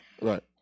Right